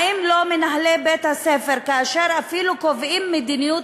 האם מנהלי בית-הספר, כאשר אפילו קובעים מדיניות